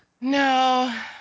No